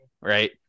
right